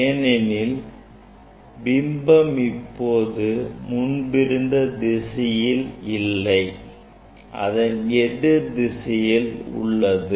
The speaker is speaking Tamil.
ஏனெனில் பிம்பம் இப்போது முன்பிருந்த திசையில் இல்லை அதன் எதிர் திசையில் உள்ளது